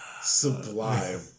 Sublime